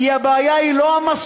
כי הבעיה היא לא המסלול.